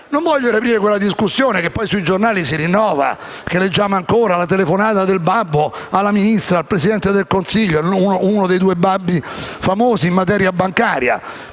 Non voglio riaprire quella discussione che poi sui giornali si rinnova ancora: la telefonata del babbo alla Ministra e al Presidente del Consiglio (uno dei due babbi, quello famoso in materia bancaria)